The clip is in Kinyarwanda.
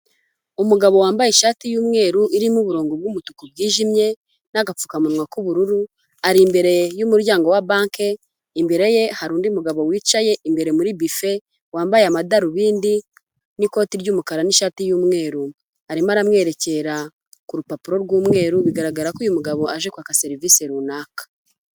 Umugabo wambaye ishati y'umweru irimo uburongo bw'umutuku bwijimye n'agapfukamunwa k'ubururu, ari imbere y'umuryango wa banki, imbere ye hari undi mugabo wicaye imbere muri bife amadarubindi n'ikoti ry'umukara n'ishati y'umweru, arimo aramwerekera ku rupapuro rw'umweru bigaragara ko uyu mugabo aje kwaka serivisi runaka.